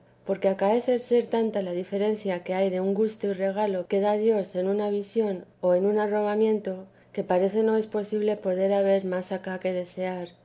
porque acaece ser tanta la diferencia que hay de un gusto y regalo que da dios en una visión o en un arrobamiento que parece no es posible poder haber más acá qué desear